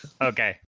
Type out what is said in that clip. Okay